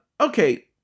Okay